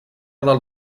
del